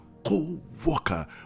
co-worker